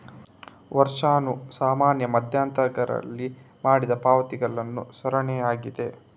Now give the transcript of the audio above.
ವರ್ಷಾಶನವು ಸಮಾನ ಮಧ್ಯಂತರಗಳಲ್ಲಿ ಮಾಡಿದ ಪಾವತಿಗಳ ಸರಣಿಯಾಗಿದೆ